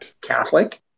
Catholic